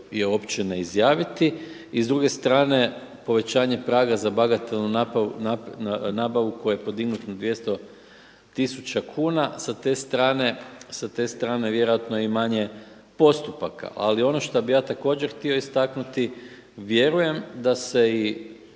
i uopće ne izjaviti. I s druge strane povećanje praga za bagatelnu nabavu koji je podignut na 200 tisuća kuna sa te strane vjerojatno i manje postupaka. Ali ono što bih ja također htio istaknuti vjerujem da se i